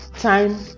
time